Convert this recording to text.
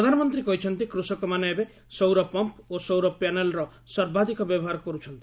ପ୍ରଧାନମନ୍ତ୍ରୀ କହିଛନ୍ତି କୃଷକମାନେ ଏବେ ସୌର ପମ୍ପ୍ ଓ ସୌର ପ୍ୟାନେଲ୍ର ସର୍ବାଧିକ ବ୍ୟବହାର କରୁଛନ୍ତି